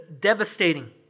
devastating